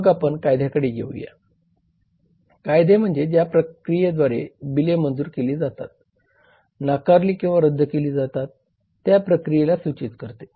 मग आपण कायद्याकडे येऊया कायदे म्हणजे ज्या प्रक्रियेद्वारे बिले मंजूर केली जातात नाकारली किंवा रद्द केली जातात त्या प्रक्रियेला सूचित करते